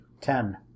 Ten